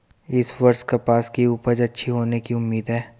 इस वर्ष कपास की उपज अच्छी होने की उम्मीद है